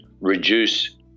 reduce